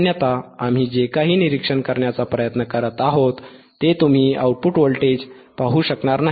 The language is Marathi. अन्यथा आम्ही जे काही निरीक्षण करण्याचा प्रयत्न करत आहोत ते तुम्ही आउटपुट व्होल्टेज पाहू शकणार नाही